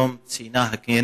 היום ציינה הכנסת,